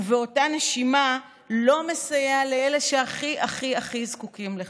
ובאותה נשימה לא מסייע לאלו שהכי הכי הכי זקוקים לכך.